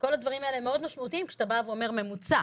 כל הדברים האלה מאוד משמעותיים כשאתה בא ואומר ממוצע,